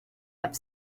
have